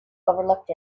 overlooked